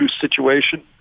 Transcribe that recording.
situation